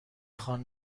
خوان